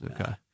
okay